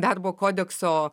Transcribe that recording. darbo kodekso